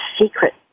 secret